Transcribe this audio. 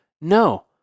no